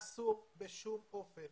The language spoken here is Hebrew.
אסור בשום אופן